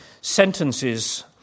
sentences